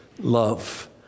love